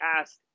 asked